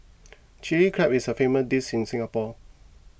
Chilli Crab is a famous dish in Singapore